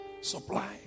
Supply